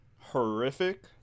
horrific